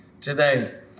today